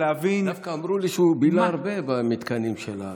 דווקא אמרו לי שהוא בילה הרבה במתקנים של,